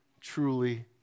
truly